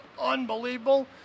unbelievable